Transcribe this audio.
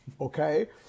okay